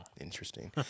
Interesting